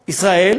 אישית,